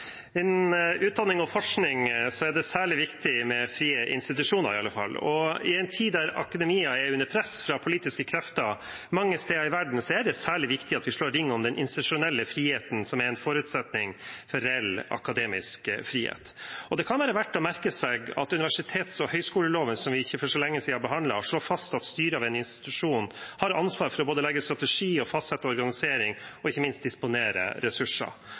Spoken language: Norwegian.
Innen utdanning og forskning er det særlig viktig med frie institusjoner, og i en tid der akademia er under press fra politiske krefter mange steder i verden, er det særlig viktig at vi slår ring om den institusjonelle friheten, som er en forutsetning for reell akademisk frihet. Det kan være verd å merke seg at universitets- og høyskoleloven, som vi ikke for så lenge siden behandlet, slår fast at styret av en institusjon har ansvar for både å legge en strategi og å fastsette organisering, og ikke minst disponere ressurser.